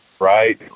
right